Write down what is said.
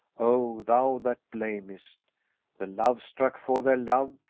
oh! thou that blamest the love-struck for their love,